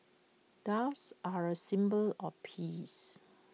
doves are A symbol of peace